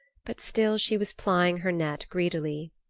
but still she was plying her net greedily.